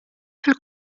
fil